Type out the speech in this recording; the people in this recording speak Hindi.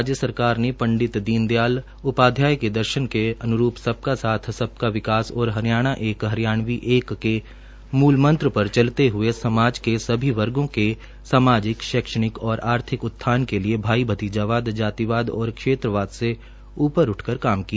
राज्य सरकार ने पंडित दीनदयाल उपाध्याय के दर्शन के अन्रूप सबका साथ सबका विकास और हरियाणा एक हरियाणवी एक के मुलमंत्र पर चलते हए समाज के सभी वर्गों के सामाजिक शैक्षणिक और आर्थिक उत्थान के लिए भाई भतीजावाद जातिवाद और क्षेत्रवाद से ऊपर उठकर काम किया